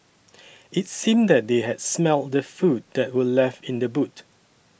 it's seemed that they had smelt the food that were left in the boot